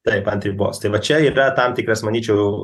taip anr ribos tai va čia yra tam tikras manyčiau